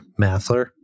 Mathler